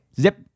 Zip